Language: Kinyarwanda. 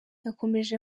yakomeje